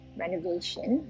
renovation